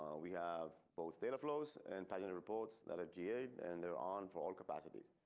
we have both data flows and packing reports that appeared and there on for all capacities.